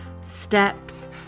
steps